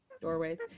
doorways